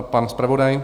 Pan zpravodaj?